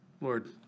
Lord